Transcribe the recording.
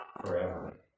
forever